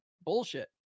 bullshit